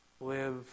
live